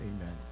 Amen